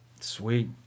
Sweet